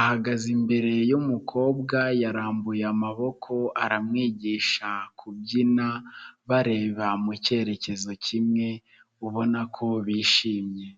ahagaze imbere y'umukobwa yarambuye amaboko aramwigisha kubyina bareba mu cyerekezo kimwe ubona ko bishimye.